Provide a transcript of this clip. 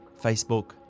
Facebook